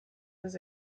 his